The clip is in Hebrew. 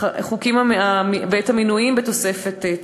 בצו, את החיקוקים המנויים בתוספת.